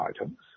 items